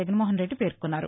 జగన్మోహన్రెడ్లి పేర్కొన్నారు